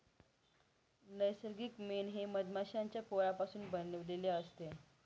नैसर्गिक मेण हे मधमाश्यांच्या पोळापासून बनविलेले असते